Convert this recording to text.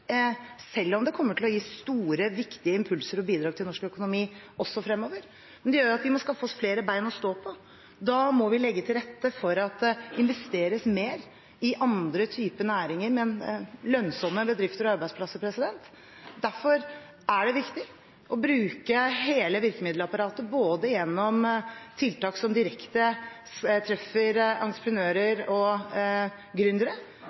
selv om det kommer til å gi store, viktige impulser og bidrag til norsk økonomi også fremover. Men det gjør at vi må skaffe oss flere bein å stå på. Da må vi legge til rette for at det investeres mer i andre typer næringer med lønnsomme bedrifter og arbeidsplasser. Derfor er det viktig å bruke hele virkemiddelapparatet, både gjennom tiltak som direkte treffer